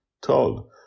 told